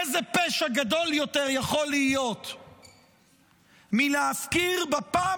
איזה פשע גדול יותר יכול להיות מלהפקיר בפעם